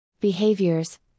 Behaviors